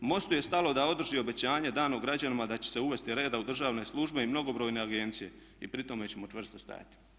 MOST-u je stalo da održi obećanje dano građanima da će se uvesti reda u državne službe i mnogobrojne agencije i pri tome ćemo čvrsto stajati.